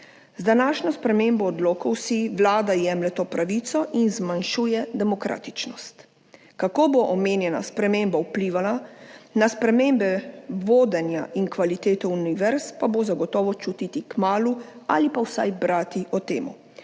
Z današnjo spremembo odlokov si Vlada jemlje to pravico in zmanjšuje demokratičnost. Kako bo omenjena sprememba vplivala na spremembe vodenja in kvalitete univerz, pa bo zagotovo čutiti kmalu ali pa vsaj brati o tem.